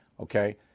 okay